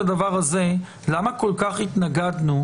זאת העמדה שמוסכמת על כולם בהקשר הזה: א',